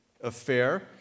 affair